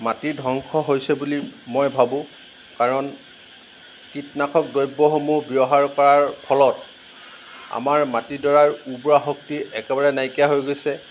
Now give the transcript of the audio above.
মাটি ধ্বংস হৈছে বুলি মই ভাবোঁ কাৰণ কীটনাশক দ্ৰব্য়সমূহ ব্য়ৱহাৰ কৰাৰ ফলত আমাৰ মাটিডৰাৰ উৰ্বৰা শক্তি একেবাৰে নাইকীয়া হৈ গৈছে